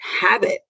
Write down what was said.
habit